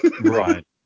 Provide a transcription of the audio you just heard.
right